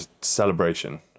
celebration